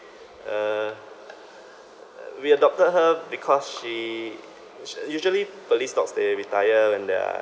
uh we adopted her because she us~ usually police dogs they retire when they're